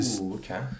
okay